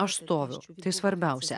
aš stovinčiu tai svarbiausia